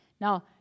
Now